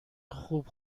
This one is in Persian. خوب